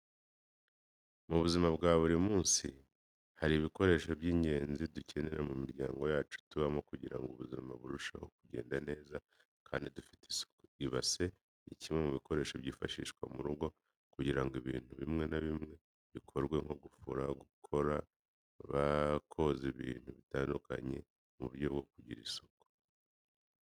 Mu buzima bwa buri munsi hari ibikoresho by'ingenzi dukenera mu miryango yacu tubamo kugira ngo ubuzima burusheho kugenda neza kandi dufite isuku. Ibase ni kimwe mu bikoresho byifashashwa mu rugo kugira ngo ibintu bimwe na bimwe bikorwe, nko gufura, gukara, koza ibintu bitandukanye. Mu buryo bwo kugira isuku rero hakenerwa n'umukubuzo wo gukubura hasi.